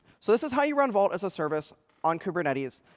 so this is how you run vault as a service on kubernetes.